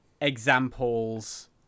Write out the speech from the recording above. examples